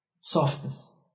softness